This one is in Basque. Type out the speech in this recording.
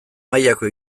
mailako